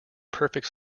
perfect